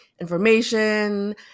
information